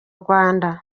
rwanda